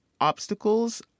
obstacles